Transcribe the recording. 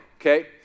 okay